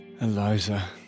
Eliza